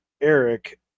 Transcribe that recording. eric